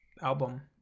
album